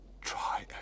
Try